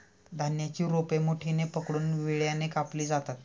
धान्याची रोपे मुठीने पकडून विळ्याने कापली जातात